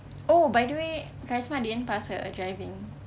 oh by the way karisma didn't pass her driving